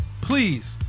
please